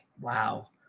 Wow